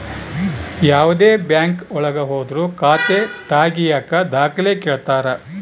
ಯಾವ್ದೇ ಬ್ಯಾಂಕ್ ಒಳಗ ಹೋದ್ರು ಖಾತೆ ತಾಗಿಯಕ ದಾಖಲೆ ಕೇಳ್ತಾರಾ